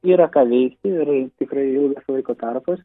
yra ką veikti ir tikrai ilgas laiko tarpas